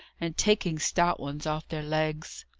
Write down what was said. and taking stout ones off their legs.